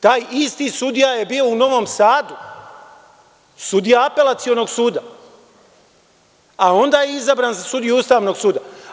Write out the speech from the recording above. Taj isti sudija je bio u Novom Sadu sudija Apelacionog suda, a onda je izabran za sudiju Ustavnog suda.